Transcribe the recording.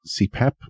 CPAP